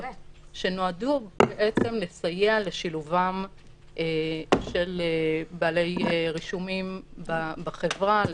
שנועדו בעצם לסייע לשילובם של בעלי רישומים בחברה,